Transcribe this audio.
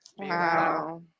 Wow